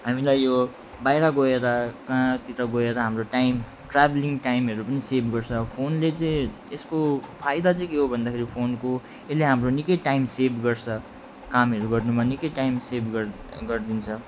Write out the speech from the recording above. हामीलाई यो बाहिर गएर कहाँतिर गएर हाम्रो टाइम ट्राभलिङ टाइमहरू पनि सेभ गर्छ फोनले चाहिँ यसको फाइदा चाहिँ के हो भन्दाखेरि फोनको यसले हाम्रो निकै टाइम सेभ गर्छ कामहरू गर्नुमा निकै टाइम सेभ गर गरिदिन्छ